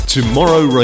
Tomorrow